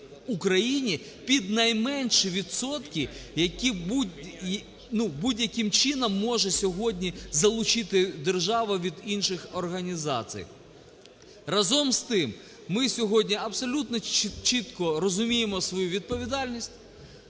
Україні під найменші відсотки, які будь-яким чином може сьогодні залучити держава від інших організацій. Разом з тим, ми сьогодні абсолютно чітко розуміємо свою відповідальність.